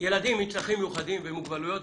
ילדים עם צרכים מיוחדים ומוגבלויות,